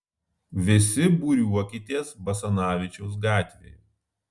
visi būriuokitės basanavičiaus gatvėje